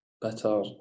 better